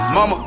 Mama